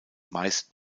meist